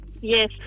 yes